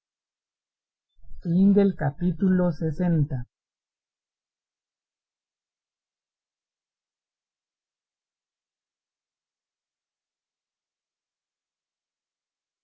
fin del capítulo